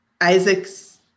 Isaac's